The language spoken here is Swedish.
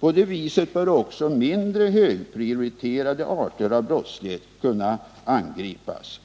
På det viset bör också mindre högprioriterade arter av brottslighet kunna angripas.